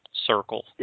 circle